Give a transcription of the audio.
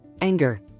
Anger